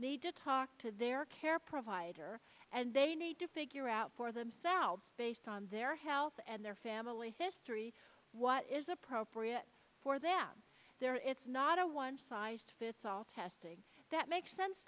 need to talk to their care provider and they need to figure out for themselves based on their health and their family history what is appropriate for them there it's not a one size fits all testing that makes sense